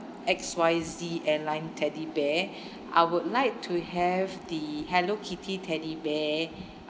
X Y Z airline teddy bear I would like to have the hello kitty teddy bear